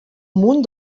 amunt